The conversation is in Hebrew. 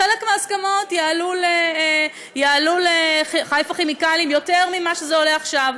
חלק מההסכמות יעלו ל"חיפה כימיקלים" יותר ממה שזה עולה עכשיו.